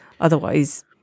otherwise